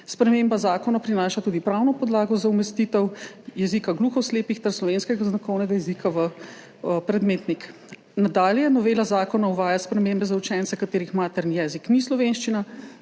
Sprememba zakona prinaša tudi pravno podlago za umestitev jezika gluhoslepih ter slovenskega znakovnega jezika v predmetnik. Nadalje novela zakona uvaja spremembe za učence, katerih materni jezik ni slovenščina.